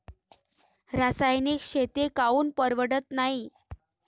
रासायनिक शेती काऊन परवडत नाई?